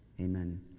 Amen